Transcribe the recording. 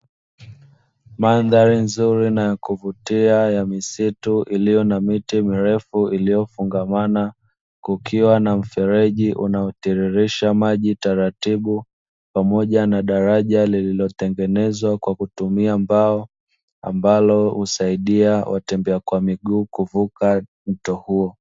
Mandhari nzuri na ya kuvutia ya misitu iliyo na miti mirefu iliyofungamana, kukiwa na mfereji unaotiririsha maji taratibu pamoja na daraja lililotengenezwa kwa kutumia mbao, ambalo husaidia watembea kwa miguu kuvuka mto huo.